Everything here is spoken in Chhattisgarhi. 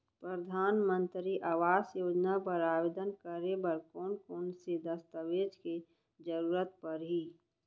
परधानमंतरी आवास योजना बर आवेदन करे बर कोन कोन से दस्तावेज के जरूरत परही?